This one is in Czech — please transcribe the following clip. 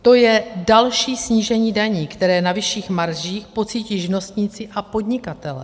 To je další snížení daní, které na vyšších maržích pocítí živnostníci a podnikatelé.